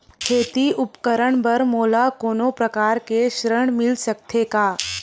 खेती उपकरण बर मोला कोनो प्रकार के ऋण मिल सकथे का?